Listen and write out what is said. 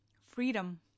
freedom